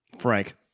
Frank